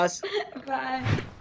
Bye